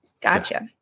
Gotcha